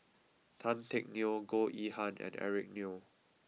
Tan Teck Neo Goh Yihan and Eric Neo